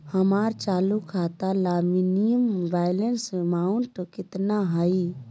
हमर चालू खाता ला मिनिमम बैलेंस अमाउंट केतना हइ?